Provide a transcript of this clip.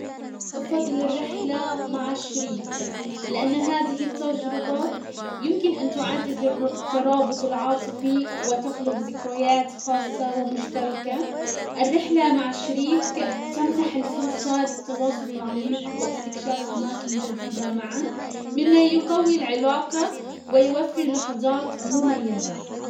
افضل الرحلة مع شريك، لان هذه التجربة يمكن ان تعزز الترابط العاطفي وتخلق زكريات خاصة ومشتركة. الرحلة مع الشريك تمنح الفرصة للتواصل العميق واستكشاف اماكن جديدة معا، مما يقوي العلاقة ويوفر لحزات مميزة.